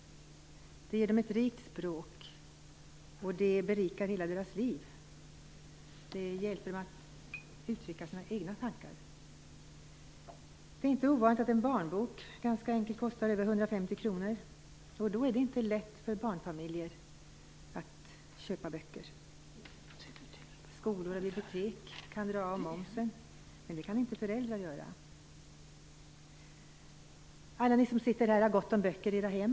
De ger barnen ett rikt språk, berikar hela deras liv och hjälper dem att uttrycka sina egna tanker. Det är inte ovanligt att en ganska enkel barnbok kostar över 150 kr. Då är det inte lätt för barnfamiljer att köpa böcker. Skolor och bibliotek kan dra av momsen, men det kan inte föräldrar göra. Alla ni som sitter här har gott om böcker i era hem.